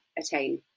attain